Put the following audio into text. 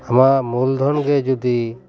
ᱟᱢᱟᱜ ᱢᱩᱞ ᱫᱷᱚᱱ ᱜᱮ ᱡᱩᱫᱤ